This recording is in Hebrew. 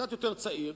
קצת יותר צעיר,